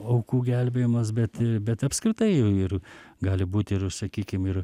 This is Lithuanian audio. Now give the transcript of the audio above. aukų gelbėjimas bet bet apskritai jau ir gali būti ir sakykim ir